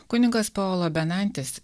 kunigas paolo benantis